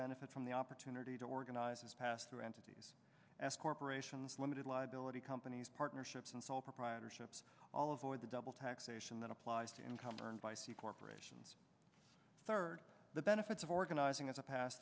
benefit from the opportunity to organize as passed through entities as corporations limited liability companies partnerships and sole proprietorships all over the double taxation that applies to income earned by c corporations third the benefits of organizing as a pass